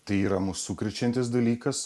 tai yra mus sukrečiantis dalykas